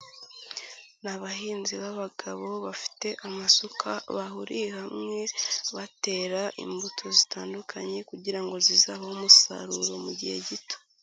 Ni abahinzi b'abagabo bafite amasuka bahuriye hamwe batera imbuto zitandukanye kugira ngo zizabahe umusaruro mu gihe gito.